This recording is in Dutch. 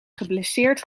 geblesseerd